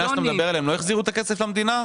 שאתה מדבר עליהם לא החזירו את הכסף למדינה?